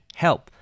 help